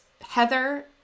heather